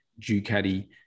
Ducati